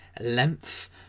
length